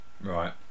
right